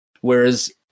Whereas